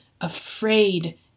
afraid